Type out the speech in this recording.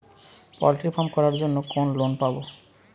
Poultry farm করার জন্য কোন লোন পাব?